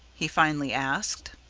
he finally asked.